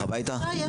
הוא הולך הביתה?